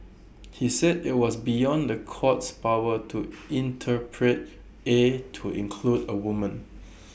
he said IT was beyond the court's power to interpret A to include A woman